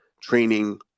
training